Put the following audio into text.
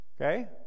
Okay